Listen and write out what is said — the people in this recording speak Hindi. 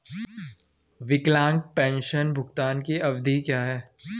विकलांग पेंशन भुगतान की अवधि क्या है?